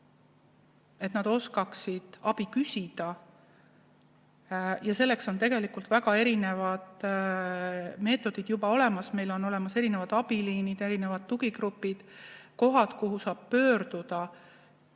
ei ole õiged. Selleks on tegelikult väga erinevad meetodid olemas. Meil on olemas erinevad abiliinid, erinevad tugigrupid, kohad, kuhu saab pöörduda.